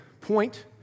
point